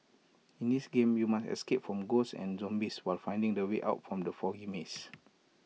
in this game you must escape from ghosts and zombies while finding the way out from the foggy maze